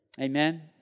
Amen